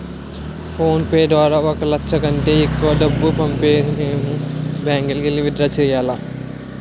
phone pay ద్వారా ఒక లచ్చ కంటే ఎక్కువ డబ్బు పంపనేము బ్యాంకుకెల్లి విత్ డ్రా సెయ్యాల